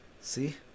See